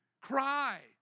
Cry